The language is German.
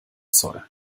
zoll